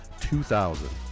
2000